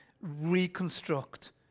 reconstruct